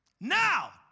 Now